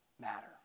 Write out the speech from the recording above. matter